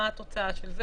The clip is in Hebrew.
מה התוצאה של זה?